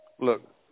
Look